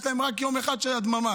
יש להם רק יום אחד של הדממה.